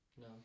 No